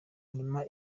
nyuma